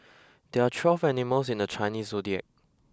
there are twelve animals in the Chinese zodiac